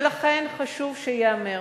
ולכן חשוב שייאמר